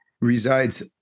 resides